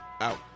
Out